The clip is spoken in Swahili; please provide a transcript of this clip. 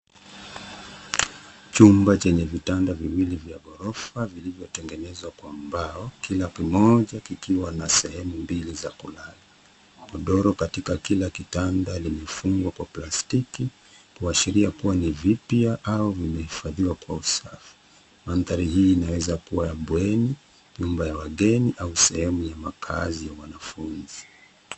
Chumba chenye vitanda viwili vya ghorofa vilivyotengenezwa kwa mbao, kila kimoja kikiwa na sehemu mbili za kulala. Godoro katika kila kitanda limefungwa kwa plastiki kuashiria kuwa ni vipya au vimehifadhiwa kwa usafi. Mandhari hii inaweza kuwa bweni, nyumba ya wageni au sehemu ya makazi ya wanafunzi.